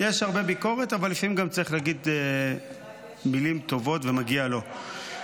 יש הרבה ביקורת אבל לפעמים צריך להגיד גם מילים טובות ומגיע לו.